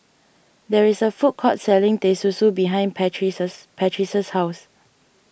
there is a food court selling Teh Susu behind Patrice's Patrice's house